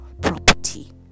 property